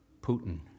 Putin